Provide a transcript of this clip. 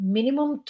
Minimum